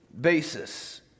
basis